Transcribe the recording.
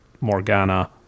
Morgana